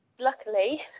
luckily